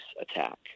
attack